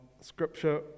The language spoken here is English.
scripture